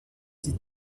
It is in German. die